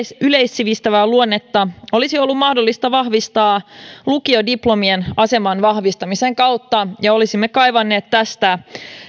yleissivistävää luonnetta olisi ollut mahdollista vahvistaa lukiodiplomien aseman vahvistamisen kautta ja olisimme kaivanneet tästä